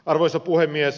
arvoisa puhemies